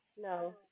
no